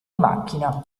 macchina